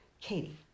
Katie